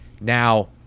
Now